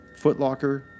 footlocker